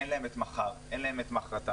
אין להם את מחר, אין להם את מוחרתיים.